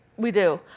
we do.